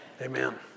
Amen